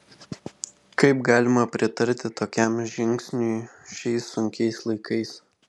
kaip galima pritarti tokiam žingsniui šiais sunkiais laikais